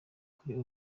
kuri